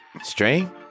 String